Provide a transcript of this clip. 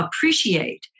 appreciate